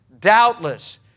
doubtless